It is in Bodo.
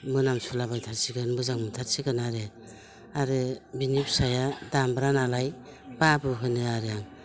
मोनामसुलाबायथारसिगोन मोजां मोनथारसिगोन आरो आरो बिनि फिसाया दामब्रा नालाय बाबु होनो आरो आं